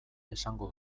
esango